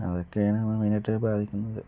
അതക്കെയാണ് നമ്മളെ മെയ്നായിട്ട് ബാധിക്കുന്നത്